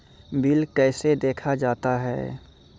Bill कैसे देखा जाता हैं?